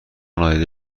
نادیده